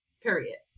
Period